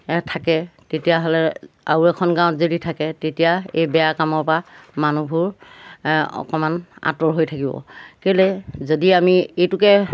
থাকে তেতিয়াহ'লে আৰু এখন গাঁৱত যদি থাকে তেতিয়া এই বেয়া কামৰপৰা মানুহবোৰ অকণমান আঁতৰ হৈ থাকিব কেলৈ যদি আমি এইটোকে